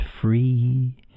free